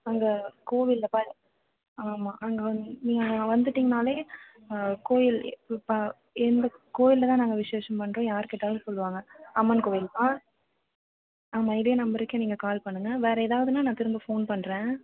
அங்கே கோவிலில் ஆமாம் அங்கே வந்து நீங்கள் அங்கே வந்துட்டீங்கன்னாலே ஆ கோவில் இப்போ இந்த கோவில்லதான் நாங்கள் விசேஷம் பண்ணுறோம் யார் கேட்டாலும் சொல்வாங்க அம்மன் கோவில் ஆ ஆமாம் இதே நம்பருக்கே நீங்கள் கால் பண்ணுங்கள் வேறு ஏதாவதுனா நான் திரும்ப ஃபோன் பண்ணுறேன்